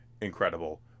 incredible